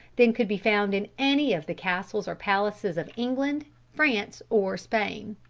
than could be found in any of the castles or palaces of england, france, or spain.